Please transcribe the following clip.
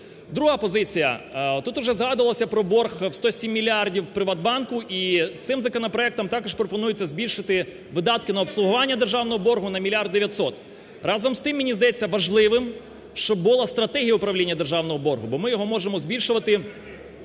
Друга позиція. Тут вже згадувалося про борг в 107 мільярдів "Приватбанку", і цим законопроектом також пропонується збільшити видатки на обслуговування державного боргу на мільярд 900. Разом з тим, мені здається важливим, щоб була стратегія управління державного боргу, бо ми його можемо збільшувати